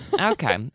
okay